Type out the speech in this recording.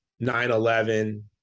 9-11